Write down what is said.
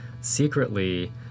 secretly